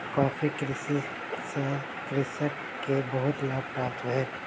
coffee कृषि सॅ कृषक के बहुत लाभ प्राप्त भेल